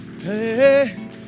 hey